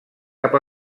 cap